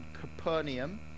capernaum